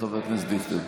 חבר הכנסת דיכטר.